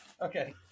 Okay